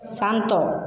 ଶାନ୍ତ